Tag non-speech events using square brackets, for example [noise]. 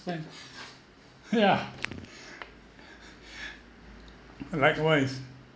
yeah [laughs] likewise